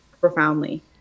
profoundly